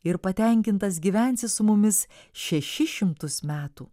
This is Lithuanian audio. ir patenkintas gyvensi su mumis šešis šimtus metų